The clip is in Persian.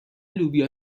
لوبیا